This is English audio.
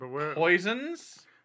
poisons